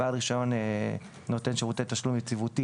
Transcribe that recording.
בעל רישיון נותן שירותי תשלום יציבותי